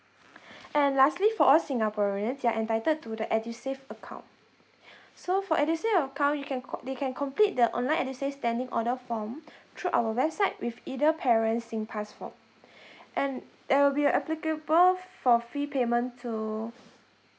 and lastly for all singaporeans you're entitled to the edusave account so for edusave account you can co~ they can complete the online edusave standing order form through our website with either parent's singpass form and there will be a applicable for fee payment to